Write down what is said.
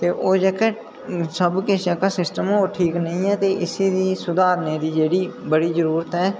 ते ओह् जेह्का सब किश सिस्टम ओह् ठीक निं ऐ ते इसी सुधारने दी जेह्ड़ी बड़ी जरूरत ऐ